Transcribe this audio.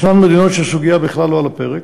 יש מדינות שבהן הסוגיה בכלל לא על הפרק.